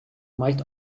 might